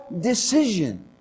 decision